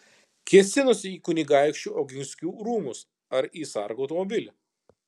kėsinosi į kunigaikščių oginskių rūmus ar į sargo automobilį